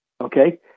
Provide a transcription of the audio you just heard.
Okay